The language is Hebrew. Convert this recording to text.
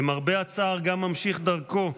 למרבה הצער, גם ממשיך דרכו,